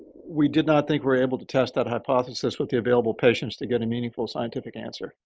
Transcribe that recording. we did not think we're able to test that hypothesis with the available patients to get a meaningful scientific answer.